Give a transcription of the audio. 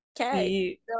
Okay